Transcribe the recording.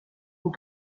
vont